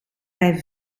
hij